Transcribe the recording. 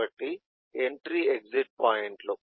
కాబట్టి ఇవి entry exit పాయింట్లు